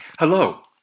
Hello